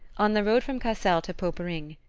on the road from cassel to poperinghe.